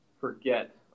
forget